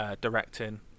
directing